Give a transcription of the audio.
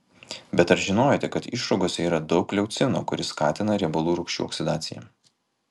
bet ar žinojote kad išrūgose yra daug leucino kuris skatina riebalų rūgščių oksidaciją